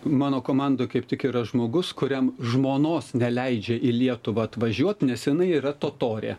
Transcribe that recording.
mano komando kaip tik yra žmogus kuriam žmonos neleidžia į lietuvą atvažiuoti nes jiniai yra totorė